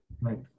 right